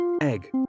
Egg